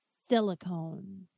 silicone